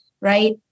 right